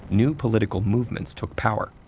new political movements took power.